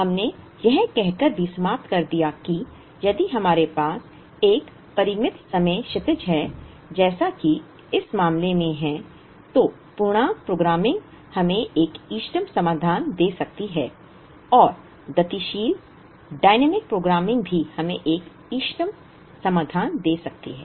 हमने यह कहकर भी समाप्त कर दिया कि यदि हमारे पास एक परिमित समय क्षितिज है जैसा कि इस मामले में है तो पूर्णांक प्रोग्रामिंग हमें एक इष्टतम समाधान दे सकती है और गतिशील डायनामिक प्रोग्रामिंग भी हमें एक इष्टतम समाधान दे सकती है